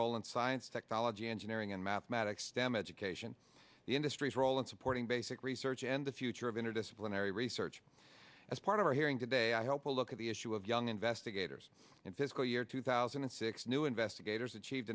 role in science technology engineering and mathematics stem education the industry's role in supporting basic research and the future of interdisciplinary research as part of our hearing today i hope will look at the issue of young investigators in fiscal year two thousand and six new investigators achieved